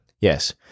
Yes